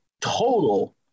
total